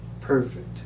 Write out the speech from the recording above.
Perfect